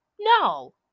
No